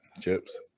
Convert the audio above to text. Chips